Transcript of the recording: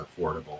affordable